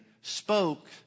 spoke